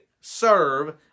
serve